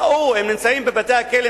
הם נמצאים בבתי-הכלא,